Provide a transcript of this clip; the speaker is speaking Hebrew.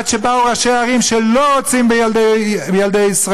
עד שבאו ראשי הערים שלא רוצים בילדי ישראל,